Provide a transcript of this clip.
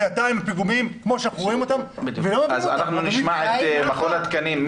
בינתיים הפיגומים כמו שאנחנו רואים --- אז אנחנו נשמע את מכון התקנים.